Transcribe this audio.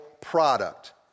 product